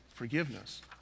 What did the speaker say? Forgiveness